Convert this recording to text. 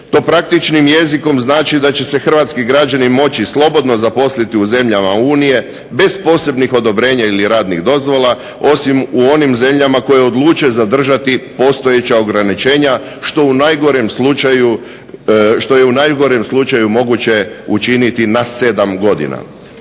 To praktičnim jezikom znači da će se hrvatski građani moći slobodno zaposliti u zemljama Unije bez posebnih odobrenja ili radnih dozvola osim u onim zemljama koje odluče zadržati postojeća ograničenja što u najgorem slučaju moguće učiniti na 7 godina.